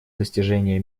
достижение